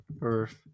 Earth